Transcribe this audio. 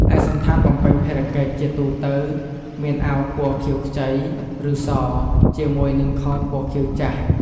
ឯកសណ្ឋានបំពេញភារកិច្ច ជាទូទៅ មានអាវពណ៌ខៀវខ្ចី ឬស ជាមួយនឹងខោពណ៌ខៀវចាស់។